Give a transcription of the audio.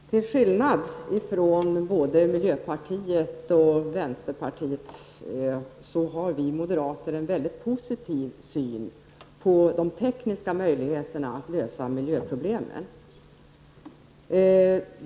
Herr talman! Till skillnad från både miljöpartiet och vänsterpartiet har vi moderater en mycket positiv syn på de tekniska möjligheterna att lösa miljöproblemen.